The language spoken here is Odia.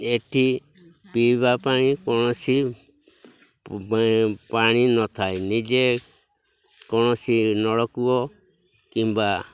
ଏଇଠି ପିଇବା ପାଇଁ କୌଣସି ପାଣି ନଥାଏ ନିଜେ କୌଣସି ନଳକୂଅ କିମ୍ବା